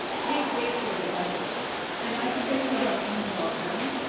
kate waved toward the bundle am i supposed to welcome and love them?